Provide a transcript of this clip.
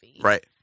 Right